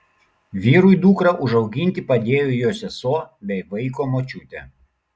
vyrui dukrą užauginti padėjo jo sesuo bei vaiko močiutė